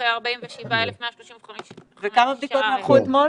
6.6%. וכמה בדיקות נערכו אתמול?